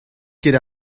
ket